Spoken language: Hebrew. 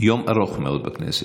יום ארוך מאוד בכנסת.